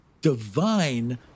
divine